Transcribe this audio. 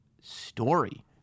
story